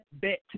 bit